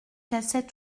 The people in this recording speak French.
cassait